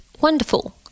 wonderful